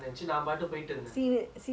ya but I was still ringing the bell